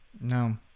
No